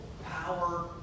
power